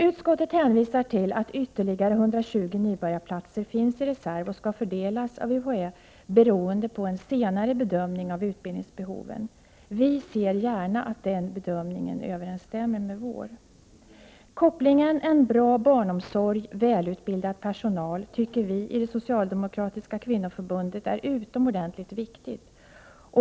Utskottet hänvisar till att ytterligare 120 nybörjarplatser finns i reserv och skall fördelas av UHÄ beroende på en senare bedömning av utbildningsbehoven. Vi ser gärna att den bedömningen överensstämmer med vår. Kopplingen en bra barnomsorg — välutbildad personal tycker vi i det socialdemokratiska kvinnoförbundet är utomordentligt viktig.